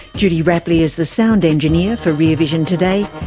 judy rapley is the sound engineer for rear vision today.